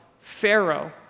Pharaoh